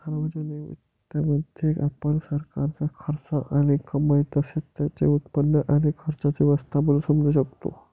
सार्वजनिक वित्तामध्ये, आपण सरकारचा खर्च आणि कमाई तसेच त्याचे उत्पन्न आणि खर्चाचे व्यवस्थापन समजू शकतो